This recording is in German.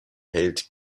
held